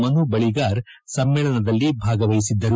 ಮನು ಬಳಿಗಾರ್ ಸಮ್ಮೇಳನದಲ್ಲಿ ಭಾಗವಹಿಸಿದ್ದರು